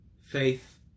faith